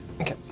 Okay